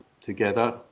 together